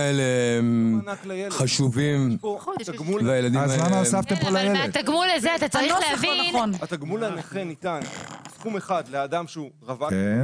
גם אם זה אומר לוותר על דברים אחרים,